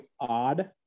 odd